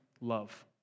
love